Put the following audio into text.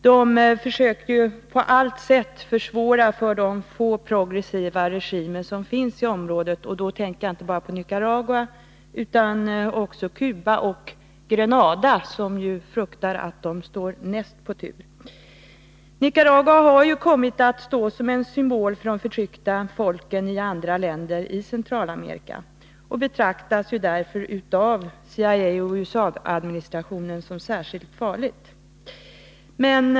Man försöker på allt sätt försvåra för de få progressiva regimer som finns i området. Jag tänker då inte bara på Nicaragua, utan också på Cuba och Grenada, där man fruktar att man står närmast i tur. Nicaragua har kommit att stå som en symbol för de förtryckta folken i andra länder i Centralamerika och betraktas därför av CIA och USA administrationen som särskilt farligt.